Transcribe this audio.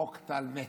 חוק טל מת.